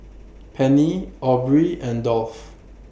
Penny Aubrey and Dolph